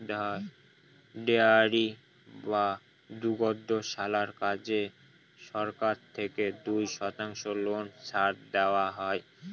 dairy বা দুগ্ধশালার কাজে সরকার থেকে দুই শতাংশ লোন ছাড় দেওয়া হয়